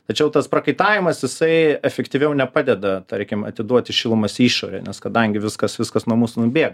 tačiau tas prakaitavimas jisai efektyviau nepadeda tarkim atiduoti šilumos į išorę nes kadangi viskas viskas nuo mūsų nubėga